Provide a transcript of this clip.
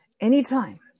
anytime